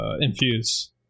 Infuse